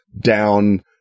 down